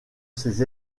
ses